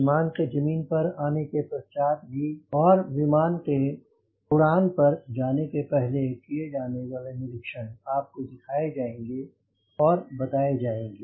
विमान के जमीन पर आने के पश्चात और विमान के उड़ान पर जाने के पहले किए जाने वाले निरीक्षण आपको दिखाए जाएंगे और बताए जाएंगे